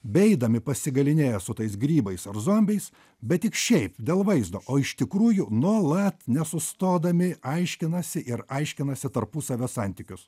beeidami pasigalynėję su tais grybais ar zombiais bet tik šiaip dėl vaizdo o iš tikrųjų nuolat nesustodami aiškinasi ir aiškinasi tarpusavio santykius